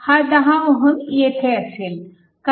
हा 10 Ω येथे असेल